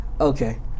Okay